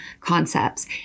concepts